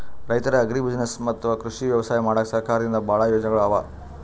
ರೈತರ್ ಅಗ್ರಿಬುಸಿನೆಸ್ಸ್ ಅಥವಾ ಕೃಷಿ ವ್ಯವಸಾಯ ಮಾಡಕ್ಕಾ ಸರ್ಕಾರದಿಂದಾ ಭಾಳ್ ಯೋಜನೆಗೊಳ್ ಅವಾ